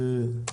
אוקיי.